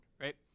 right